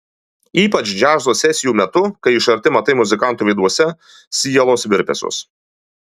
ypač džiazo sesijų metu kai iš arti matai muzikantų veiduose sielos virpesius